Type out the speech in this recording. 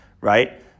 right